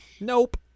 Nope